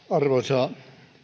arvoisa